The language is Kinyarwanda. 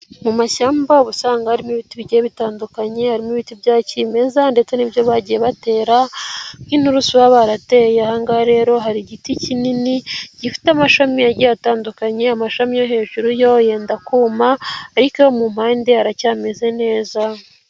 Mu mashyamba uba usanga harimo ibiti bigiye bitandukanye, harimo ibiti bya kimeza ndetse n'ibyo bagiye batera, nk'inturusu baba barateye. Aha ngaha rero hari igiti kinini ,gifite amashami agiye atandukanye, amashami yo hejuru yo yenda kuma, ariko mu mpande aracyameze neza.